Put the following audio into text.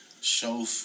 Show